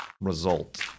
result